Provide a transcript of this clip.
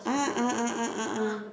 ah ah ah ah ah ah